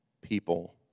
people